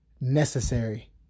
necessary